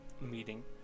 meeting